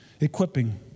Equipping